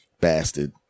bastard